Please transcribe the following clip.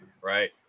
right